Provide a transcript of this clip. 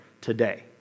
today